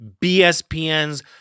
BSPN's